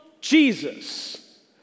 Jesus